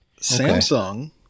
Samsung